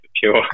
pure